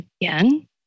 again